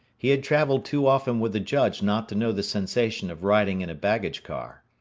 he had travelled too often with the judge not to know the sensation of riding in a baggage car.